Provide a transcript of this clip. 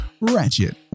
Ratchet